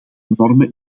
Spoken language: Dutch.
normen